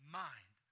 mind